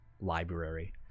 library